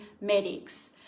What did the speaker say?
medics